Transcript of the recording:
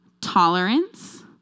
tolerance